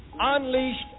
unleashed